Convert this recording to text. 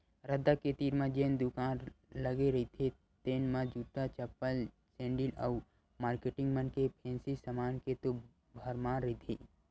रद्दा के तीर म जेन दुकान लगे रहिथे तेन म जूता, चप्पल, सेंडिल अउ मारकेटिंग मन के फेंसी समान के तो भरमार रहिथे